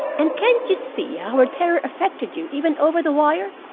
and can't you see how her terror affected you even over the wire?